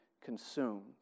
consumed